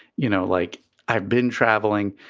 you know, like i've been traveling.